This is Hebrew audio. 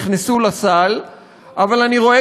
אני מברך על אלה שנכנסו לסל אבל אני רואה